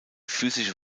physische